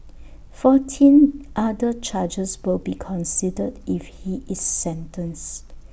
fourteen other charges will be considered when if he is sentenced